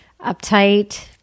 uptight